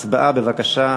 הצבעה, בבקשה.